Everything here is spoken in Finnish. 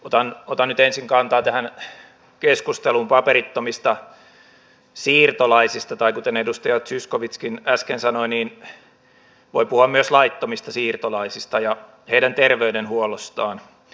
otan nyt ensin kantaa tähän keskusteluun paperittomista siirtolaisista tai kuten edustaja zyskowiczkin äsken sanoi voi puhua myös laittomista siirtolaisista ja heidän terveydenhuollostaan